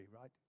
right